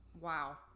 wow